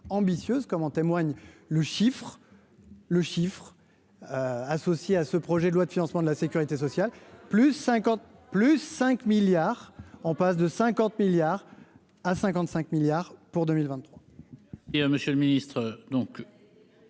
comme en témoigne le chiffre, le chiffre associé à ce projet de loi de financement de la Sécurité sociale, plus 50 plus 5 milliards, on passe de 50 milliards à 55 milliards pour 2020.